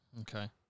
Okay